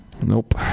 Nope